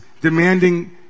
demanding